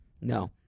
No